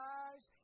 eyes